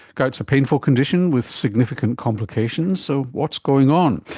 gout is a painful condition with significant complications, so what's going on.